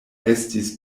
estis